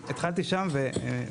נכון, התחלתי שם וכן.